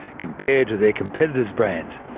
compared to their competitor's brands.